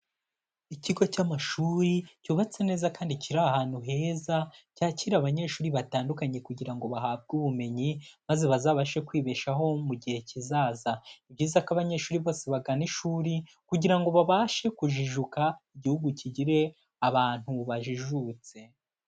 Ikigo cy'amashuri cyubatse neza kandi kiri ahantu heza, cyakira abanyeshuri batandukanye kugira ngo bahabwe ubumenyi, maze bazabashe kwibeshaho mu gihe kizaza. Ni byiza ko abanyeshuri bose bagana ishuri kugira ngo babashe kujijuka, igihugu kigire abantu bajijutse.